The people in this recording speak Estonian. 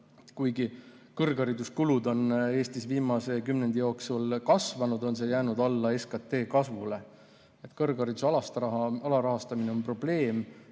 Kuigi kõrghariduskulud on Eestis viimase kümnendi jooksul kasvanud, on need jäänud alla SKT kasvule. Kõrghariduse alarahastamine on probleem,